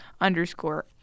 underscore